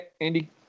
Andy